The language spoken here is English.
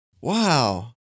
Wow